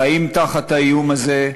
חיים תחת האיום הזה,